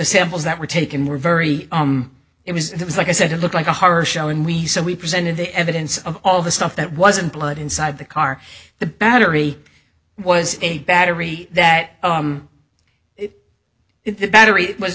samples that were taken were very it was it was like i said it looked like a horror show and we said we presented the evidence of all the stuff that wasn't blood inside the car the battery was a battery that the battery was